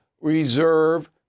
reserve